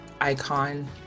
icon